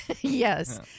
Yes